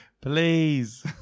Please